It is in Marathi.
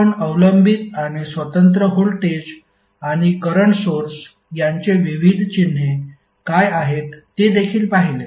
आपण अवलंबित आणि स्वतंत्र व्होल्टेज आणि करंट सोर्स यांचे विविध चिन्हे काय आहेत ते देखील पाहिले